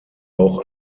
auch